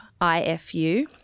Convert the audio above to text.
IFU